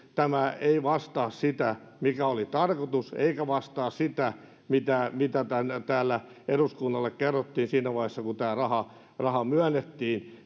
tämä ei vastaa kaikilta osin sitä mikä oli tarkoitus eikä vastaa sitä mitä mitä täällä eduskunnalle kerrottiin siinä vaiheessa kun tämä raha myönnettiin